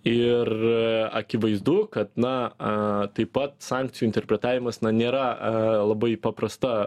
ir akivaizdu kad na taip pat sankcijų interpretavimas na nėra labai paprasta